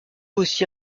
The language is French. aussi